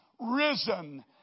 risen